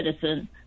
citizen